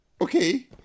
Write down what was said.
Okay